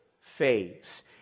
phase